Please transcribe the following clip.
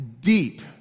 deep